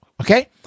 okay